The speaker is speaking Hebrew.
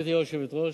גברתי היושבת-ראש,